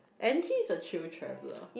Angie is a chill traveller